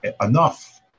enough